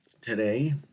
Today